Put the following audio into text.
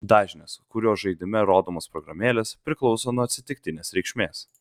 dažnis kuriuo žaidime rodomos programėlės priklauso nuo atsitiktinės reikšmės